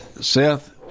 seth